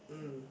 mm